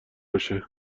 باشه